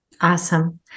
awesome